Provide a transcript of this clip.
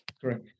Correct